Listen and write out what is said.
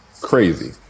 crazy